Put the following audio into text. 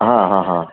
હા હા હા